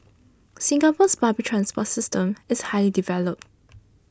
Singapore's public transport system is highly developed